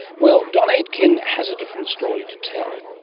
well, done aitkin has a different story to tell.